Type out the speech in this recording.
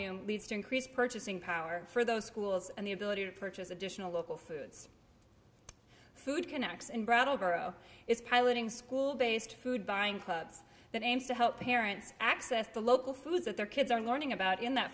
volume leads to increased purchasing power for those schools and the ability to purchase additional local foods food connects and brattleboro is piloting school based food buying clubs that aims to help parents access the local foods that their kids are learning about in that